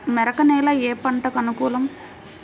మెరక నేల ఏ పంటకు అనుకూలం?